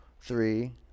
three